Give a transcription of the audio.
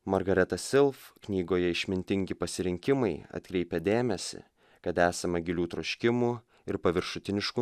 margareta sil knygoje išmintingi pasirinkimai atkreipia dėmesį kad esama gilių troškimų ir paviršutiniškų